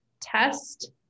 test